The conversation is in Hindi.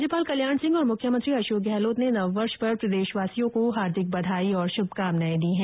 राज्यपाल कल्याण सिंह और मुख्यमंत्री अशोक गहलोत ने नववर्ष पर प्रदेशवासियों को हार्दिक बधाई और शुभकामनाएं दी हैं